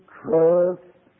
trust